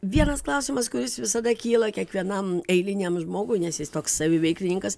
vienas klausimas kuris visada kyla kiekvienam eiliniam žmogui nes jis toks saviveiklininkas